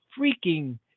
freaking